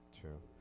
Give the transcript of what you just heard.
true